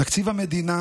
תקציב המדינה